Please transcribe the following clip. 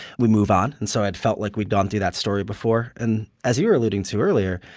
we move on. and so i felt like we'd gone through that story before and as you were alluding to earlier,